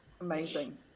amazing